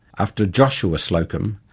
after joshua slocum,